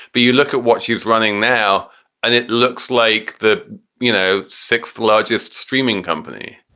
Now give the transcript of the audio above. but you look at what she's running now and it looks like the you know sixth largest streaming company